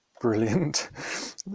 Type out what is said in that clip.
brilliant